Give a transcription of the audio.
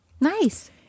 Nice